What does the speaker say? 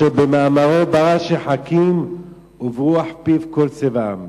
"אשר במאמרו ברא שחקים וברוח פיו כל צבאם".